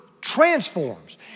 transforms